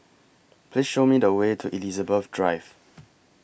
Please Show Me The Way to Elizabeth Drive